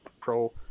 pro